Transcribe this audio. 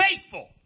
faithful